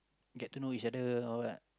get to know each other or what